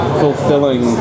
fulfilling